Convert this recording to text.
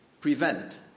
prevent